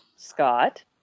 Scott